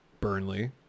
Burnley